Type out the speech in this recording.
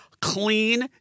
Clean